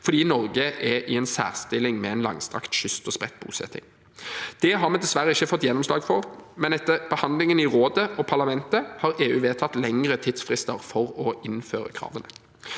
for Norge er i en særstilling med en langstrakt kyst og spredt bosetting. Det har vi dessverre ikke fått gjennomslag for, men etter behandlingen i Rådet og Parlamentet har EU vedtatt lengre tidsfrister for å innføre kravene.